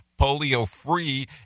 polio-free